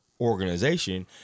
organization